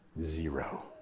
Zero